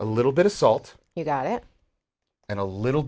a little bit of salt you got it and a little